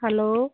hello